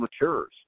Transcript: matures